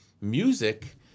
music